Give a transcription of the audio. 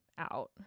out